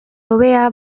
hobea